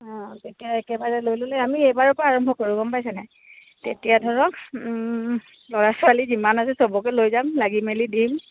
অঁ তেতিয়া একেবাৰে লৈ ল'লে আমি এইবাৰ পৰা আৰম্ভ কৰোঁ গম পাইছেনে নাই তেতিয়া ধৰক ল'ৰা ছোৱালী যিমান আছে চবকে লৈ যাম লাগি মেলি দিম